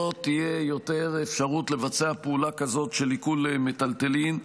תהיה יותר אפשרות לבצע פעולה כזאת של עיקול מיטלטלין.